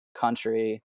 country